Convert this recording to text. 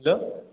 hello